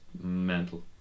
mental